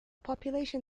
population